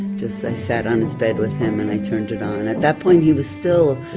just i sat on his bed with him, and i turned it on. at that point he was still